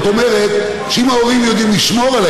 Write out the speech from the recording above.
זאת אומרת שאם ההורים יודעים לשמור על